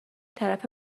طرف